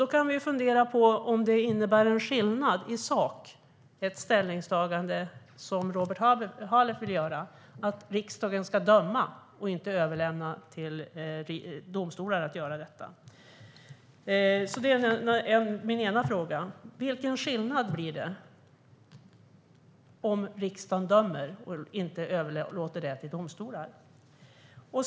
Då kan vi fundera på om det Robert Halef vill, nämligen att riksdagen ska döma och inte överlämna åt domstolarna att göra det, innebär någon skillnad i sak. Det är min ena fråga. Vilken skillnad blir det om riksdagen dömer och inte överlåter det till domstolar?